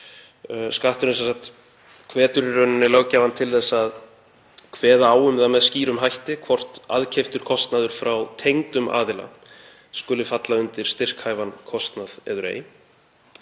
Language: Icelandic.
Skatturinn hvetur löggjafann til að kveða á um það með skýrum hætti hvort aðkeyptur kostnaður frá tengdum aðila skuli falla undir styrkhæfan kostnað eður ei.